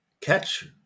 catch